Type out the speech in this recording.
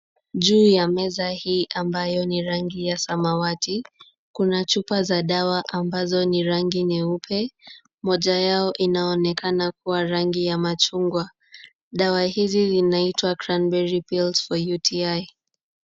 Juu ya meza hii ambayo ni rangi ya samawati, kuna chupa za dawa ambazo ni rangi nyeupe, moja yao inaonekana kuwa rangi ya machungwa. Dawa hizi zinaitwa cranberry pills for UTI .